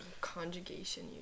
conjugation